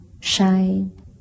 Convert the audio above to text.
shine